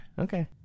Okay